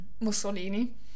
Mussolini